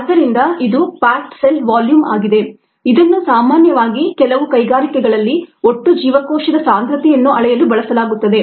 ಆದ್ದರಿಂದ ಇದು packed cell volume ಆಗಿದೆ ಇದನ್ನು ಸಾಮಾನ್ಯವಾಗಿ ಕೆಲವು ಕೈಗಾರಿಕೆಗಳಲ್ಲಿ ಒಟ್ಟು ಜೀವಕೋಶದ ಸಾಂದ್ರತೆಯನ್ನು ಅಳೆಯಲು ಬಳಸಲಾಗುತ್ತದೆ